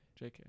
JK